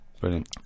Brilliant